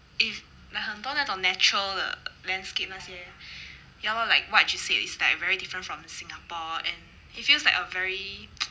is like 很多那种 natural 的 landscape 那些 ya lor like what you said it's like very different from singapore and it feels like a very